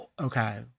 Okay